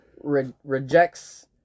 rejects